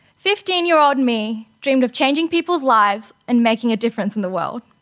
fifteen year old me dreamed of changing people's lives and making a difference in the world.